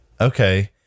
Okay